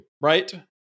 right